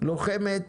לוחמת